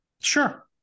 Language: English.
Sure